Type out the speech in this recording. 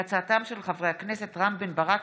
הודעת שר הבריאות